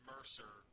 Mercer